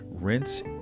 rinse